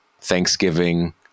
Thanksgiving